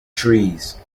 trees